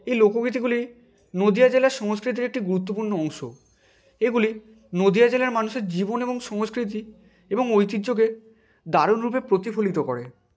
এই লোকগীতিগুলি নদীয়া জেলার সংস্কৃতির একটি গুরুত্বপূর্ণ অংশ এইগুলি নদীয়া জেলার মানুষের জীবন এবং সংস্কৃতি এবং ঐতিহ্যদের দারুণ রূপে প্রতিফলিত করে